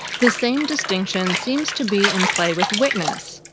the same distinction seems to be in play with witness.